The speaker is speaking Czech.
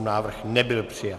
Návrh nebyl přijat.